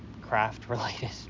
craft-related